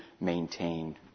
maintain